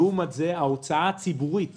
לעומת זאת ההוצאה הציבורית